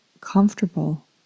comfortable